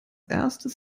erstes